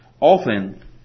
Often